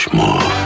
more